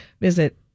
Visit